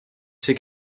s’est